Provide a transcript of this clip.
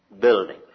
building